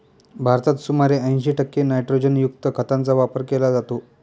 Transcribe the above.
भारतात सुमारे ऐंशी टक्के नायट्रोजनयुक्त खतांचा वापर केला जातो